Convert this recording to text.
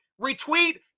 retweet